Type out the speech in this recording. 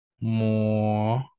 more